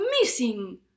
missing